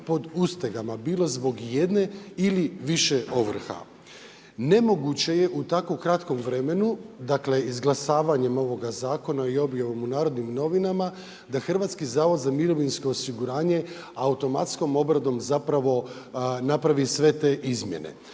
pod ustegama bilo zbog jedne ili više ovrha. Nemoguće je u tako kratkom vremenu, dakle izglasavanjem ovoga zakona i objavom u Narodnim novinama da Hrvatski zavod za mirovinsko osiguranje automatskom obradom zapravo napravi sve te izmjene.